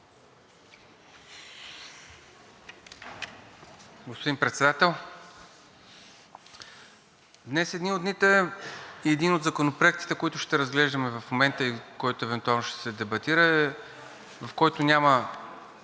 Господин Председател, днес е един от дните и един от законопроектите, които ще разглеждаме в момента и който евентуално ще се дебатира, в който няма